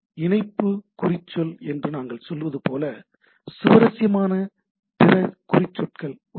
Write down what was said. இணைப்பு குறிச்சொல் என்று நாங்கள் சொல்வது போல சுவாரஸ்யமான பிற குறிச்சொற்கள் உள்ளன